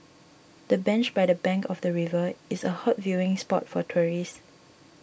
the bench by the bank of the river is a hot viewing spot for tourists